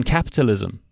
Capitalism